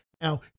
Now